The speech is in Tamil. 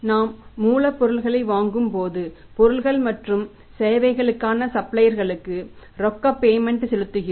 நாம் மூலப்பொருட்களை வாங்கும் போது பொருட்கள் மற்றும் சேவைகளுக்கான சப்ளையர்களுக்கு ரொக்கக்பேமெண்ட் செலுத்துகிறோம்